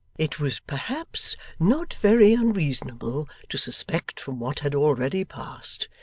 it was perhaps not very unreasonable to suspect from what had already passed,